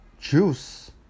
juice